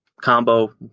combo